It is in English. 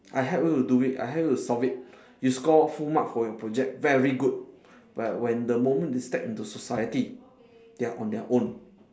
I help you to do it I help you to solve it you score full marks for your project very good but when the moment they step into society they are on their own